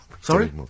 Sorry